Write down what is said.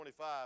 25